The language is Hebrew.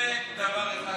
זה דבר אחד,